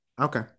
Okay